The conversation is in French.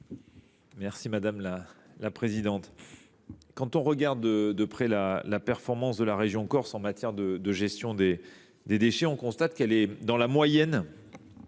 l’avis du Gouvernement ? Quand on regarde de près la performance de la région Corse en matière de gestion des déchets, on constate qu’elle est dans la moyenne